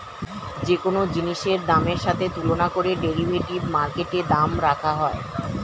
যে কোন জিনিসের দামের সাথে তুলনা করে ডেরিভেটিভ মার্কেটে দাম রাখা হয়